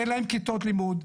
אין להם כיתות לימוד,